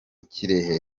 kirehe